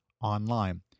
online